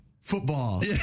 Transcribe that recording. football